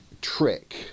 trick